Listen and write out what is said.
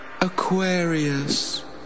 Aquarius